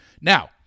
Now